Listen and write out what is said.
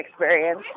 experience